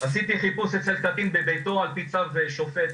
הוא שעשיתי חיפוש אצל קטין בביתו על פי צו שופט,